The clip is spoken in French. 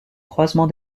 croisement